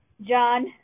John